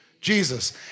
Jesus